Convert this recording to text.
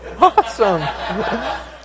Awesome